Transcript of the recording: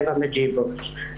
אוה מדז'יבוז'.